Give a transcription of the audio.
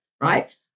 right